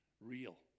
real